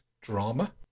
drama